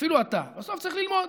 אפילו אתה, בסוף צריך ללמוד.